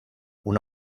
una